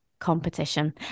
Competition